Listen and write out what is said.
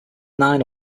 nine